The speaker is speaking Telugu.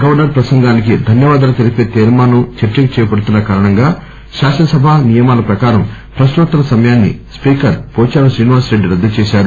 గవర్సర్ ప్రసంగానికి ధన్వవాదాలు తెలిపే తీర్మానం చర్చకు చేపడుతున్న కారణంగా శాసన సభా నియమాల ప్రకారం ప్రక్సోత్తరాల సమయాన్సి స్పీకర్ పోదారం శ్రీనివాస రెడ్డి రద్దు చేశారు